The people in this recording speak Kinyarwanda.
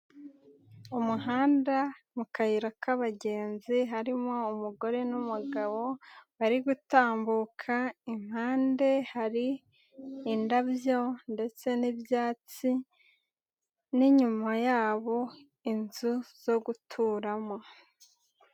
Umuhanda mu kayira k'abagenzi harimo umugore n'umugabo bari gutambuka, impande hari indabyo ndetse n'ibyatsi n'inyuma yabo inzu zo guturamo.